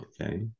Okay